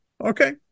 Okay